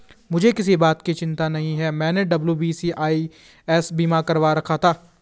मुझे किसी बात की चिंता नहीं है, मैंने डब्ल्यू.बी.सी.आई.एस बीमा करवा रखा था